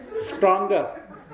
stronger